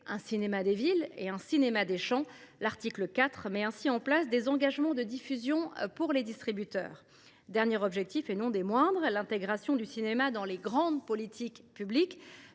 un cinéma des villes et un cinéma des champs. L’article 4 met ainsi en place des engagements de diffusion pour les distributeurs. Le dernier objectif – et non des moindres – est l’intégration du cinéma dans les grandes politiques publiques.